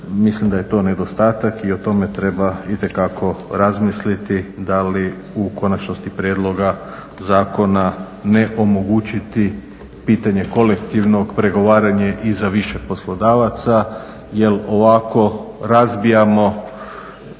Mislim da je to nedostatak i o tome treba itekako razmisliti da li u konačnosti prijedloga zakona ne omogućiti pitanje kolektivnog pregovaranja i za više poslodavaca jer ovako razbijamo